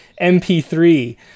MP3